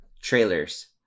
trailers